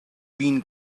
being